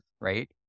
right